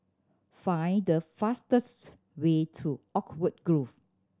find the fastest way to Oakwood Grove